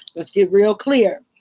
let's be real clear.